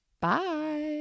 Bye